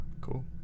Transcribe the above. Cool